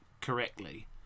correctly